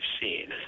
seen